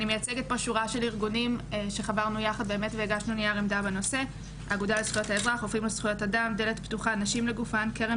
אני חייבת להגיד שכל הדיבורים על האוטונומיה של האישה על גופה הם נכונים